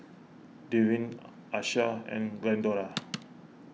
Devyn Achsah and Glendora